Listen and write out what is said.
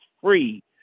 free